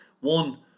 one